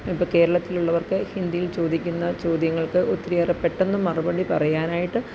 ഇപ്പോള് കേരളത്തിലുള്ളവര്ക്ക് ഹിന്ദിയില് ചോദിക്കുന്ന ചോദ്യങ്ങക്ക് ഒത്തിരിയേറെ പെട്ടെന്ന് മറുപടി പറയാനായിട്ട്